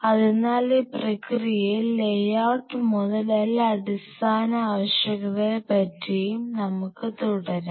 അതിനാൽ ഈ പ്രക്രിയയിൽ ലേഔട്ട് മുതൽ എല്ലാ അടിസ്ഥാന ആവശ്യകതകളെ പറ്റിയും നമ്മുക്ക് തുടരാം